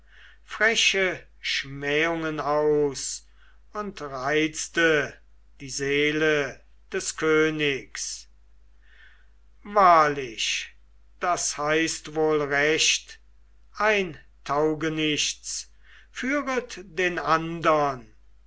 freche schmähungen aus und reizte die seele des königs wahrlich das heißt wohl recht ein taugenicht führet den andern